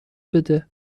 بده